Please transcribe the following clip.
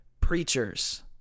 preachers